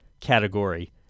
category